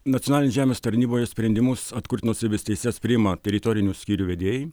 nacionalinėj žemės tarnyboje sprendimus atkurt nuosavybės teises priima teritorinių skyrių vedėjai